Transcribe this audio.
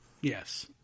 Yes